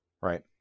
Right